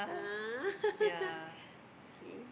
ah okay